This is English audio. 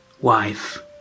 wife